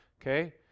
okay